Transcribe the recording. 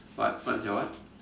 what what's your what